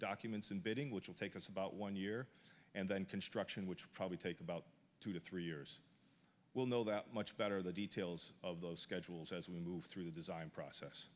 documents in bidding which will take us about one year and then construction which will probably take about two to three years we'll know that much better the details of those schedules as we move through the design process